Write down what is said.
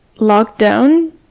lockdown